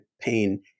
pain